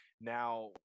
Now